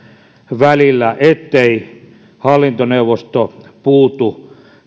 välillä niin ettei hallintoneuvosto puutu